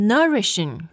Nourishing